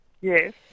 Yes